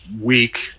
week